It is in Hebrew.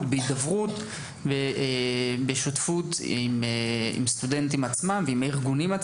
בהידברות ובשותפות עם סטודנטים ועם ארגונים.